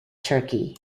turkey